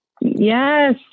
Yes